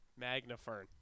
Magnafern